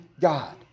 God